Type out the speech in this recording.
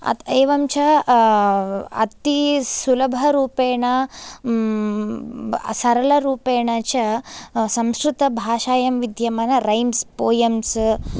अ एवं च अति सुलभरूपेण सरलरूपेण च संस्कृतभाषायां विद्यमान राइम्स् पोयम्स्